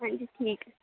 ठीक ऐ